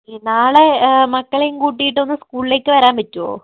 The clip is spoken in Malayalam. ഈ നാളെ മക്കളേയും കൂട്ടിയിട്ട് ഒന്ന് സ്കൂളിലേക്ക് വരാൻ പറ്റുവോ